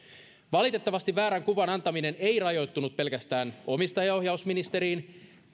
valitettavasti väärän kuvan antaminen ei rajoittunut pelkästään omistajaohjausministeriin